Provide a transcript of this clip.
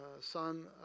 son